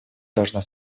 должна